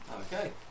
Okay